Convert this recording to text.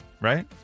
Right